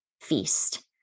feast